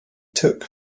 took